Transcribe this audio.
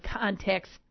context